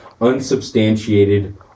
unsubstantiated